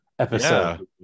episode